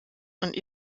und